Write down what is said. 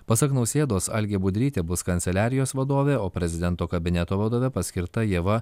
pasak nausėdos algė budrytė bus kanceliarijos vadovė o prezidento kabineto vadove paskirta ieva